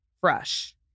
fresh